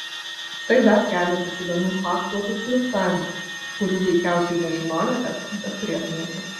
štai dar keletas įdomių faktų apie flirtavimą kurių veikiausiai nežinojote bet turėtumėte